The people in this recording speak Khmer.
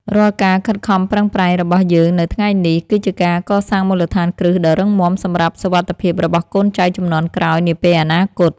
រាល់ការខិតខំប្រឹងប្រែងរបស់យើងនៅថ្ងៃនេះ គឺជាការកសាងមូលដ្ឋានគ្រឹះដ៏រឹងមាំសម្រាប់សុវត្ថិភាពរបស់កូនចៅជំនាន់ក្រោយនាពេលអនាគត។